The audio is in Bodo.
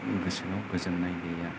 गोसोआव गोजोननाय गैया